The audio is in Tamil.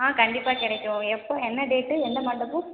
ஆ கண்டிப்பாக கிடைக்கும் எப்போ என்ன டேட்டு என்ன மண்டபம்